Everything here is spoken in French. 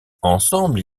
ensemble